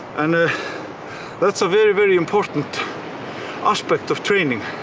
and ah that's a very, very important aspect of training.